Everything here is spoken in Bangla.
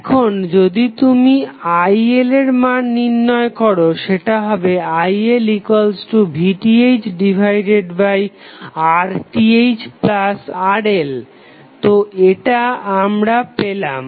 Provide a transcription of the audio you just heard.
এখন যদি তুমি IL এর মান নির্ণয় করো সেটা হবে ILVThRThRL তো এটা আমরা পেলাম